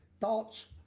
Thoughts